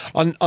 on